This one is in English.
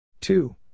Two